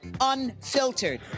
Unfiltered